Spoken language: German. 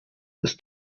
ist